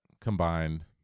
combined